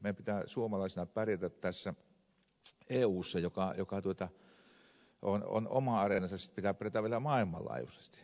meidän pitää suomalaisina pärjätä eussa joka on oma areenansa ja sitten pitää pärjätä vielä maailmanlaajuisesti